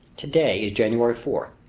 today is january four,